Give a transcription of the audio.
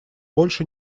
больше